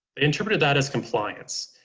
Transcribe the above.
they interpreted that as compliance,